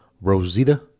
Rosita